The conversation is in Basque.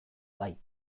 bai